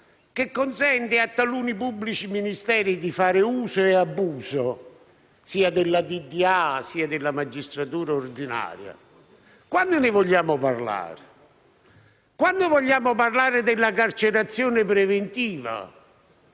che consente a taluni pubblici ministeri di fare uso e abuso, sia della direzione distrettuale antimafia che della magistratura ordinaria, quando ne vogliamo parlare? Quando vogliamo parlare della carcerazione preventiva,